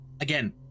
again